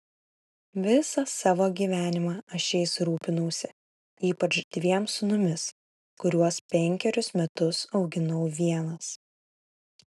visą savo gyvenimą aš jais rūpinausi ypač dviem sūnumis kuriuos penkerius metus auginau vienas